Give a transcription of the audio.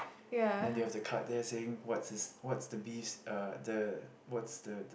and they have the card there saying what's is what's the beef uh the what's the